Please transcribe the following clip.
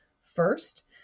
first